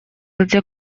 где